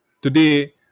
today